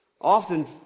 often